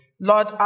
Lord